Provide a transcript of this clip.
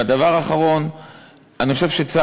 אסור שזה